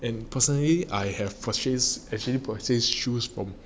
and personally I have purchase actually purchased shoes from